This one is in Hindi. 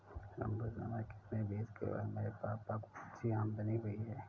लंबे समय के निवेश के बाद मेरे पापा को अच्छी आमदनी हुई है